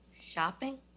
shopping